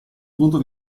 punto